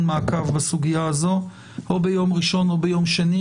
מעקב בסוגיה הזו או ביום ראשון או ביום שני,